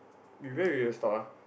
where we will stop ah